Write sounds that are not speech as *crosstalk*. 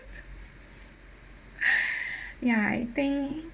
*laughs* ya I think